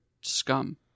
scum